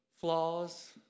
flaws